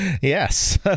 Yes